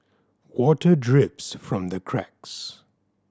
water drips from the cracks